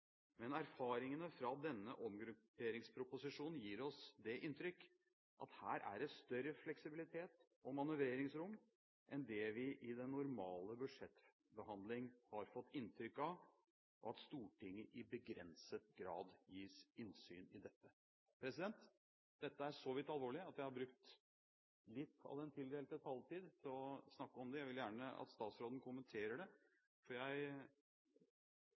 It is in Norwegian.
Men erfaringene fra denne omgrupperingsproposisjonen gir oss det inntrykk at her er det større fleksibilitet og manøvreringsrom enn det vi i den normale budsjettbehandling har fått inntrykk av, og at Stortinget i begrenset grad gis innsyn i dette. Dette er så vidt alvorlig at jeg har brukt litt av den tildelte taletid til å snakke om det, og jeg vil gjerne at statsråden kommenterer det. Jeg